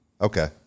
Okay